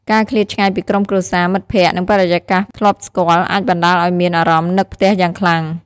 ការឃ្លាតឆ្ងាយពីក្រុមគ្រួសារ មិត្តភក្តិ និងបរិយាកាសធ្លាប់ស្គាល់ អាចបណ្ដាលឲ្យមានអារម្មណ៍នឹកផ្ទះយ៉ាងខ្លាំង។